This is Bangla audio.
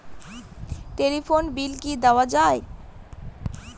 টেলিফোন বিল কি দেওয়া যায়?